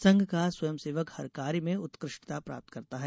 संघ का स्वयंसेवक हर कार्य मे उत्कृष्टता प्राप्त करता है